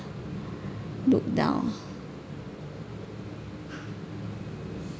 looked down